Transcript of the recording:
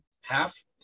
Half